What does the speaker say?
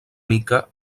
mica